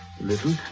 little